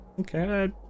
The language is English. Okay